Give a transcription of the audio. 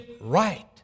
right